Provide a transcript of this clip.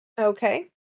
Okay